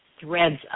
threads